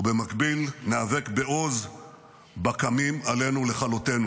ובמקביל ניאבק בעוז בקמים עלינו לכלותנו.